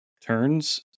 Turns